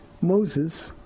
Moses